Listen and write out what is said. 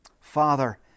Father